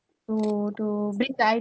to to bring the